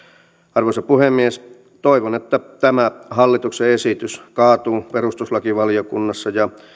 arvoisa puhemies toivon että tämä hallituksen esitys kaatuu perustuslakivaliokunnassa ja